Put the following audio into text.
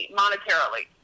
monetarily